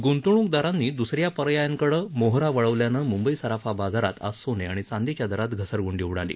गृंतवणुकदारांनी द्रस या पर्यायांकडं मोहरा वळवल्यानं मुंबई सराफा बाजारात आज सोने आणि चांदीच्या दरात घसरग्रंडी उडाली